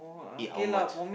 eat how much